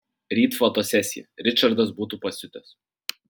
ryt fotosesija ričardas būtų pasiutęs